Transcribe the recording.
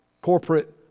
corporate